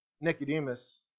Nicodemus